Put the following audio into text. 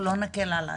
אנחנו לא נקל על עצמנו.